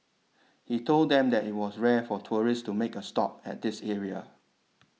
he told them that it was rare for tourists to make a stop at this area